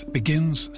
begins